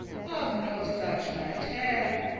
of no such mattere,